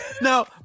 now